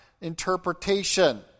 interpretation